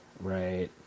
Right